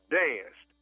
danced